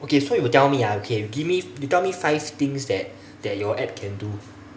okay so you tell me ah okay you give me you tell me five things that that your app can do